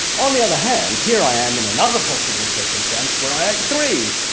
on the other hand, here i am in another possible circumstance where i ate three